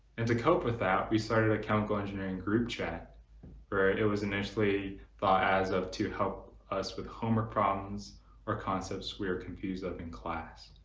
and to cope with that we started a chemical engineering group chat right it was initially thought as of to help us with homework problems or concepts we were confused of in class